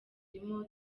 turimo